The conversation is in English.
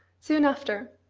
soon after,